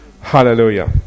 hallelujah